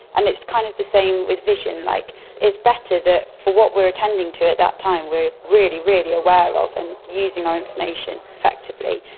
and it's kind of the same with vision. like it's better that for what we are attending to at that time, we are really, really aware of and using our information effectively.